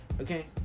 Okay